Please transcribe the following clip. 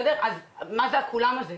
מה זה ה"כולם" הזה?